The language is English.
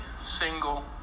single